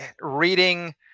reading